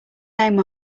name